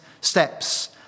steps